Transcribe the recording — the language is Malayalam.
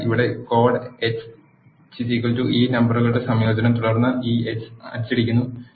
ഇതാണ് ഇവിടെ കോഡ് X ഈ നമ്പറുകളുടെ സംയോജനം തുടർന്ന് ഞാൻ X അച്ചടിക്കുന്നു